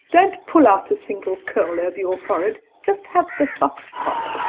don't pull out a single curl over your forehead just have the soft part.